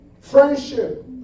friendship